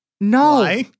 no